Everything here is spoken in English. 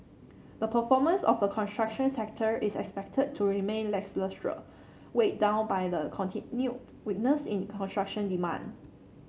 the performance of the construction sector is expected to remain lacklustre weighed down by the continued weakness in construction demand